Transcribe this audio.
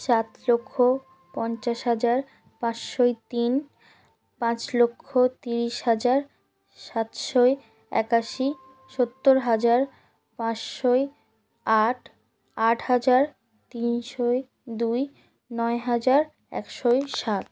সাত লক্ষ পঞ্চাশ হাজার পাঁচশো তিন পাঁচ লক্ষ তিরিশ হাজার সাতশো একাশি সত্তর হাজার পাঁচশো আট আট হাজার তিনশো দুই নয় হাজার একশো সাত